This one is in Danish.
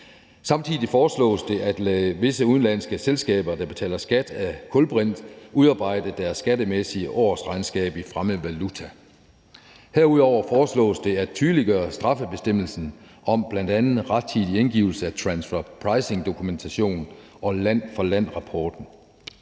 Samtidig foreslås det at lade visse udenlandske selskaber, der betaler skat af kulbrinte, udarbejde deres skattemæssige årsregnskab i fremmed valuta. Herudover foreslås det at tydeliggøre straffebestemmelsen om bl.a. rettidig indgivelse af transfer pricing-dokumentation og land for land-rapporten.